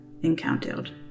encountered